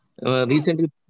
Recently